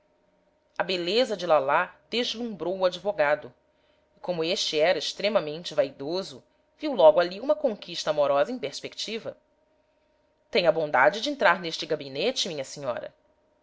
a beleza de lalá deslumbrou o advogado e como este era extremamente vaidoso viu logo ali uma conquista amorosa em perspectiva tenha a bondade de entrar neste gabinete minha senhora